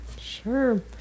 sure